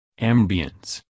Ambience